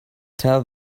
tell